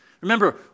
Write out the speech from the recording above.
Remember